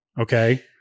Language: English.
Okay